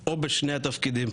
או בשני התפקידים,